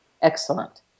Excellent